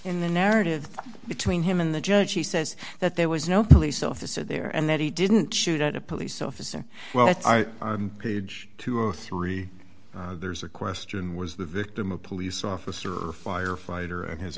in the narrative between him and the judge he says that there was no police officer there and that he didn't shoot at a police officer well i paged two or three there's a question was the victim a police officer or firefighter and his